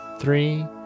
three